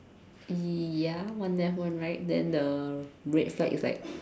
ya one left one right then the red flag is like